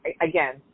again